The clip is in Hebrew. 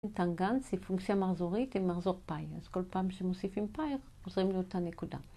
טנגנס היא פונקציה מחזורית עם מחזור פאי, אז כל פעם שמוסיפים פאי הם חוזרים לאותן נקודה